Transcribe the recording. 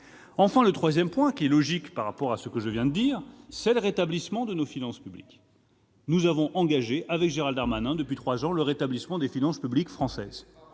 ! Le troisième point est logique vu ce que je viens de dire : c'est le rétablissement de nos finances publiques. Nous avons engagé, avec Gérald Darmanin, depuis trois ans, le rétablissement des finances publiques françaises.